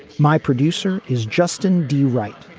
my producer is justin d, right.